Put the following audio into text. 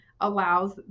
allows